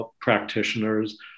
practitioners